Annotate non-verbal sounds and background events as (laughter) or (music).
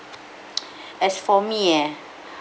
(noise) (breath) as for me eh (breath)